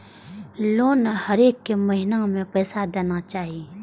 Loan हरेक महीना में पैसा देना चाहि?